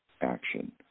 action